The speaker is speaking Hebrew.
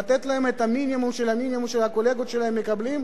לתת להם את המינימום של המינימום שהקולגות שלהם מקבלים,